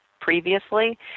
previously